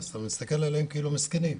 אז אתה מסתכל עליהם כאילו הם מסכנים.